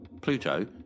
Pluto